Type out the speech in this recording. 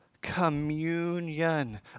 communion